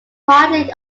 partly